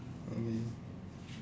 okay